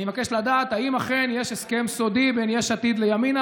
אני מבקש לדעת אם אכן יש הסכם סודי בין יש עתיד לימינה